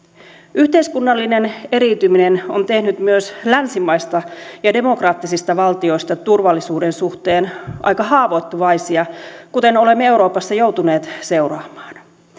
yhteiskunnallinen eriytyminen on tehnyt myös länsimaista ja demokraattisista valtioista turvallisuuden suhteen aika haavoittuvaisia kuten olemme euroopassa joutuneet seuraamaan